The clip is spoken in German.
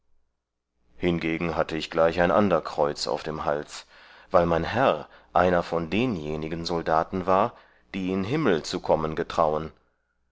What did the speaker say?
hingegen hatte ich gleich ein ander kreuz auf dem hals weil mein herr einer von denjenigen soldaten war die in himmel zu kommen getrauen